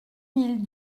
mille